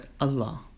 Allah